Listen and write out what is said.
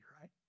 right